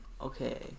Okay